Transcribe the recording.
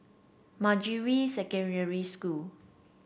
Manjusri Secondary School